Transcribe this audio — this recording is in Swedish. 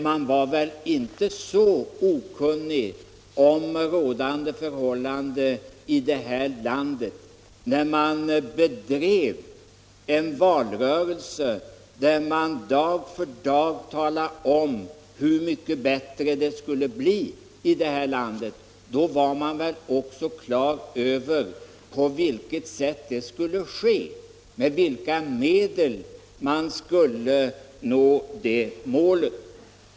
Man var väl inte så okunnig om de rådande förhållandena när man bedrev en valrörelse där man dag efter dag talade om hur mycket bättre det skulle bli här i landet. Då var man väl också klar över på vilket sätt det skulle ske, med vilka medel man skulle nå det målet!